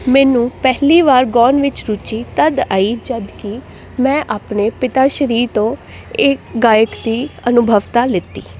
ਮੈਨੂੰ ਪਹਿਲੀ ਵਾਰ ਗਾਉਣ ਵਿੱਚ ਰੁਚੀ ਤਦ ਆਈ ਜਦੋਂ ਕਿ ਮੈਂ ਆਪਣੇ ਪਿਤਾ ਸ਼੍ਰੀ ਤੋਂ ਇਹ ਗਾਇਕ ਦੀ ਅਨੁਭਵਤਾ ਲਿੱਤੀ